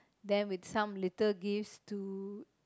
them with some little gifts to